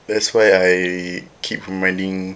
that's why I keep reminding